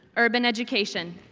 urban education.